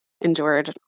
endured